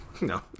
No